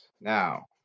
Now